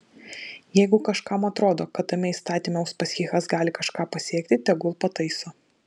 jeigu kažkam atrodo kad tame įstatyme uspaskichas gali kažką pasiekti tegul pataiso